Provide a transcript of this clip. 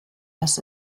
das